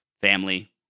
family